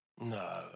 No